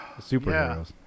superheroes